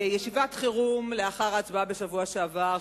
בישיבת חירום לאחר ההצבעה בשבוע שעבר,